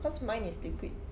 because mine is liquid